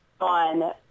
on